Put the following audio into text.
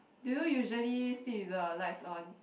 do you usually sleep with the lights on